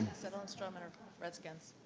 settle and stroman are redskins.